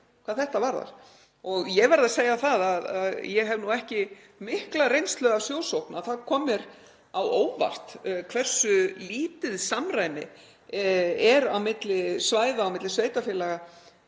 hvað þetta varðar. Ég verð að segja það, ég hef ekki mikla reynslu af sjósókn, að það kom mér á óvart hversu lítið samræmi er á milli svæða og á milli sveitarfélaga